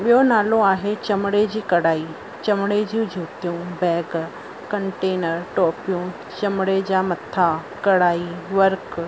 ॿियों नालो आहे चमड़े जी कढ़ाई चमड़े जी जुतियूं बैग कंटेनर टोपियूं चमड़े जा मथां कढ़ाई वर्क